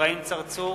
אברהים צרצור,